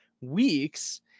weeks